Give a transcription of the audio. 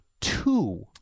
two